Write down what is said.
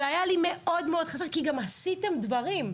וזה היה לי מאוד מאוד חסר, כי גם עשיתם דברים.